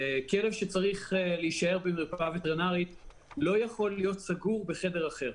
כלב שצריך להישאר במרפאה וטרינרית לא יכול להיות סגור בחדר אחר.